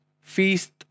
Feast